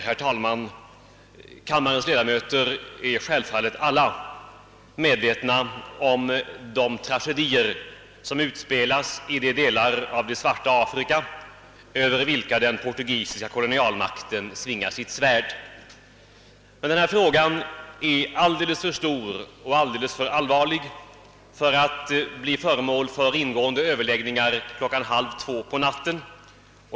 Herr talman! Kammarens ledamöter är självfallet alla medvetna om de tragedier som utspelas i de delar av det svarta Afrika, över vilka den portugisiska kononialmakten svingar sitt svärd. Denna fråga är emellertid alldeles för stor och alldeles för allvarlig för att bli föremål för någon ingående överläggning klockan halv två på natten.